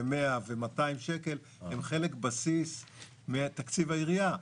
100 ו-200 שקל הם חלק בסיס מתקציב העירייה.